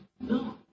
no